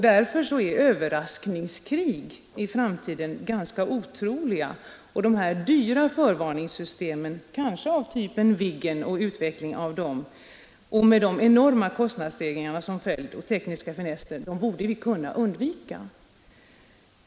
Därför är överraskningskrig i framtiden ganska otroliga De dyra förvarningssystemen — av typen Viggen och utvecklingar därav, med enorma kostnader som följd — borde vi därför kunna undvika.